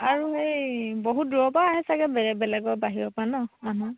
আৰু সেই বহুত দূৰৰ পৰা আহে চাগে বেলেগ বেলেগৰ বাহিৰৰ পৰা নহ্ মানুহ